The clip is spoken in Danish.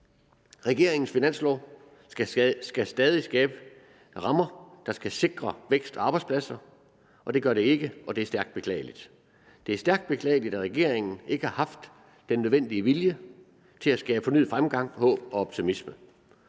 Regeringens finanslov skal stadig skabe rammer, der skal sikre vækst og arbejdspladser, og det gør den ikke, og det er stærkt beklageligt. Det er stærkt beklageligt, at regeringen ikke har haft den nødvendige vilje til at skabe fornyet fremgang, håb og optimisme.